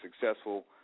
successful